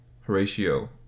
Horatio